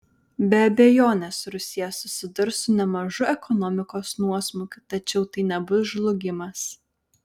be abejonės rusija susidurs su nemažu ekonomikos nuosmukiu tačiau tai nebus žlugimas